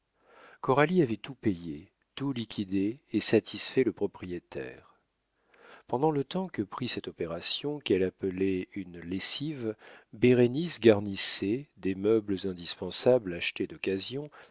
coralie avait tout payé tout liquidé et satisfait le propriétaire pendant le temps que prit cette opération qu'elle appelait une lessive bérénice garnissait des meubles indispensables achetés d'occasion